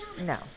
No